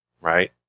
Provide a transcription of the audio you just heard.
right